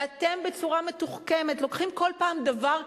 ואתם, בצורה מתוחכמת, לוקחים כל פעם דבר קטן,